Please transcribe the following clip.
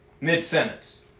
mid-sentence